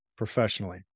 professionally